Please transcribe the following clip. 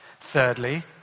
Thirdly